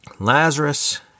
Lazarus